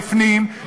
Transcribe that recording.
בפנים,